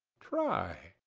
try.